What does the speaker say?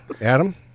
Adam